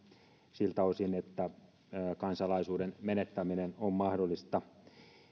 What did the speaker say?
siltä osin että kansalaisuuden menettäminen on mahdollista